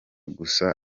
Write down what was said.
gusa